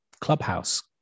Clubhouse